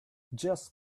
just